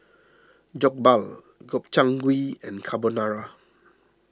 Jokbal Gobchang Gui and Carbonara